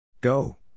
Go